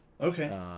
Okay